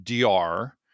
DR